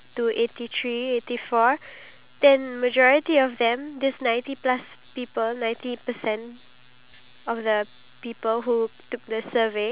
all of these plays a part and if one aspect in your life if you don't plan then the whole thing will be just a mess